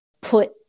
put